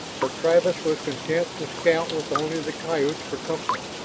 for travis was content to scout with only the coyotes for company,